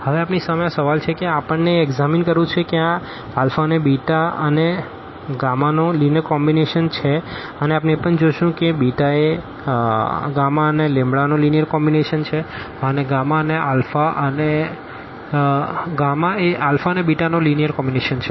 હવે આપણી સામે આ સવાલ છે અને આપણને એ એક્ષામીન કરવું છે કે આ એ અને નો લીનીઅર કોમ્બીનેશન છે અને આપણે એ પણ જોશું કે આ એ અને નો લીનીઅર કોમ્બીનેશન છે અને આ એ અને નો લીનીઅર કોમ્બીનેશન છે